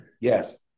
Yes